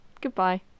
Goodbye